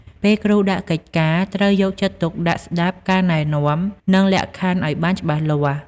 ពេលគ្រូដាក់កិច្ចការ ត្រូវយកចិត្តទុកដាក់ស្តាប់ការណែនាំ និងលក្ខខណ្ឌឱ្យបានច្បាស់លាស់។